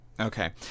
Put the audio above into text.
Okay